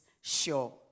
sure